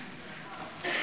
ויש,